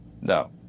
No